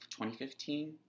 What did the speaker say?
2015